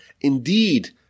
Indeed